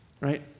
right